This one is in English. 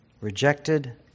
rejected